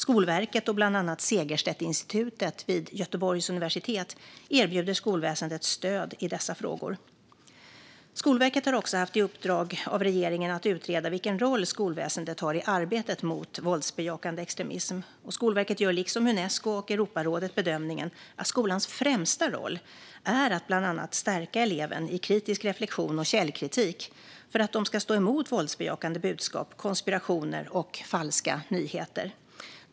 Skolverket och bland annat Segerstedtinstitutet vid Göteborgs universitet erbjuder skolväsendet stöd i dessa frågor. Skolverket har också haft i uppdrag av regeringen att utreda vilken roll skolväsendet har i arbetet mot våldsbejakande extremism. Skolverket gör liksom Unesco och Europarådet bedömningen att skolans främsta roll är att bland annat stärka elever i kritisk reflektion och källkritik för att de ska stå emot våldsbejakande budskap, konspirationer och falska nyheter.